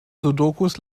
sudokus